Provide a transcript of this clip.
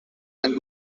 and